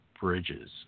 Bridges